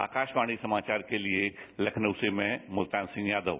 आकाशवाणी समाचार के लिए लखनऊ से मैं मुल्तान सिंह यादव